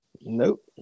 nope